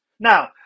Now